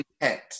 intent